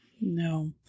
no